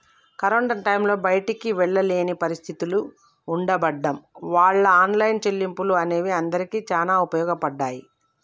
corona టైంలో బయటికి వెళ్ళలేని పరిస్థితులు ఉండబడ్డం వాళ్ళ ఆన్లైన్ చెల్లింపులు అనేవి అందరికీ చాలా ఉపయోగపడ్డాయి